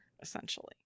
essentially